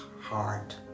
heart